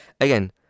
again